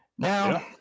Now